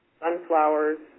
sunflowers